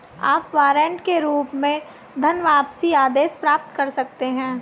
आप वारंट के रूप में धनवापसी आदेश प्राप्त कर सकते हैं